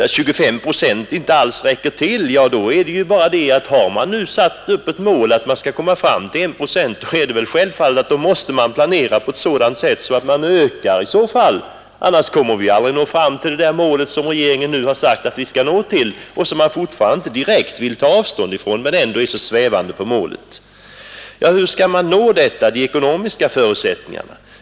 Om 25 procents ökning inte alls räcker till — då är det bara det att har man satt upp som ett mål att komma fram till en procent, måste man självfallet planera på ett sådant sätt att man i så fall ökar mera. Annars kommer vi aldrig att nå fram till det mål som regeringen nu har sagt att vi skall nå och som man fortfarande inte direkt vill ta avstånd från men ändå talar så svävande om. Hur skall man nå detta mål? Vilka är våra ekonomiska förutsättningar?